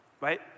Right